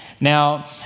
Now